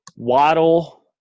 Waddle